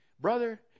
brother